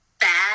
bad